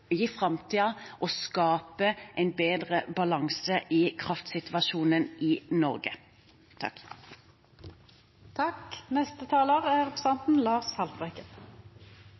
å skape en bedre balanse i kraftsituasjonen i Norge